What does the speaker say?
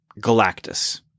Galactus